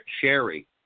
Sherry